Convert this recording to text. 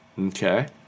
okay